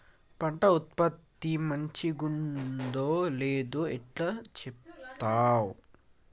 పంట ఉత్పత్తి మంచిగుందో లేదో ఎట్లా చెప్తవ్?